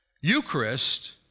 Eucharist